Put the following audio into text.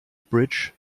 bridge